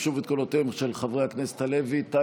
החוק לביטול העדכון של שכר חברי הכנסת בשנת 2021 (הוראת שעה),